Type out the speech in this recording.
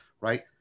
right